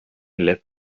left